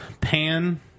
pan